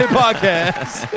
podcast